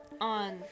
on